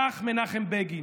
כך מנחם בגין.